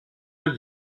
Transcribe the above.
nœud